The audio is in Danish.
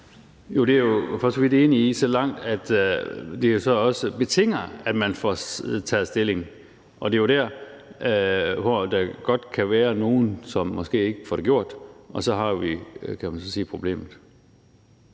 Jo, det er jeg for så vidt enig i så langt, at det jo så også betinger, at man får taget stilling, og det er jo der, hvor der godt kan være nogen, som måske ikke får det gjort, og så har vi, kan man så sige, problemet.